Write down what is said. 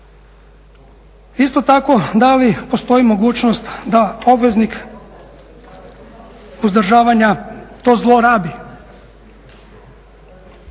Isto tako da li postoji mogućnost da obveznik uzdržavanja to zlorabi